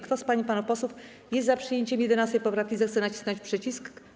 Kto z pań i panów posłów jest za przyjęciem 11. poprawki, zechce nacisnąć przycisk.